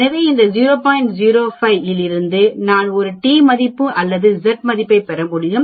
05 இலிருந்து நான் ஒரு t மதிப்பு அல்லது Z மதிப்பைப் பெற முடியும்